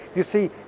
you see,